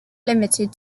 limited